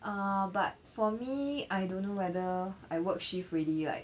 err but for me I don't know whether I work shift already like